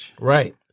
Right